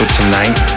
tonight